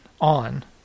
on